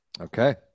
Okay